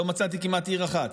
לא מצאתי כמעט עיר אחת,